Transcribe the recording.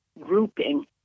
grouping